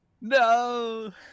no